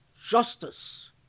justice